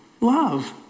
love